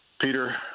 peter